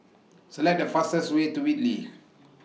Select The fastest Way to Whitley